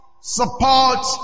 Support